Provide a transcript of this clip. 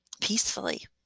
peacefully